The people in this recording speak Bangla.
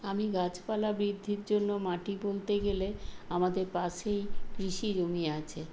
আমি গাছপালা বৃদ্ধির জন্য মাটি বলতে গেলে আমাদের পাশেই কৃষি জমি আছে